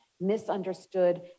misunderstood